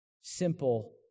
simple